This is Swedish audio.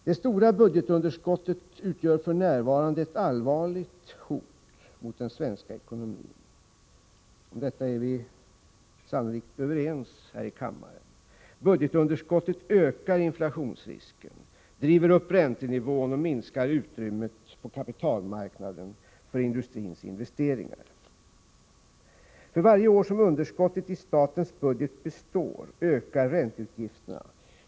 Det stora budgetunderskottet utgör f. n. ett allvarligt hot mot den svenska ekonomin. Om detta är vi sannolikt överens här i kammaren. Budgetunderskottet ökar inflationsrisken, driver upp räntenivån och minskar utrymmet på kapitalmarknaden för industrins investeringar. För varje år som underskottet i statens budget består ökar ränteutgifterna.